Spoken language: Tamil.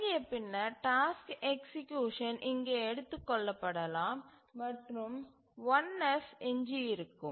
தொடங்கியது பின்னர் டாஸ்க்கு எக்சீக்யூசன் இங்கே எடுத்துக் கொள்ளப்படலாம் மற்றும்1F எஞ்சியிருக்கும்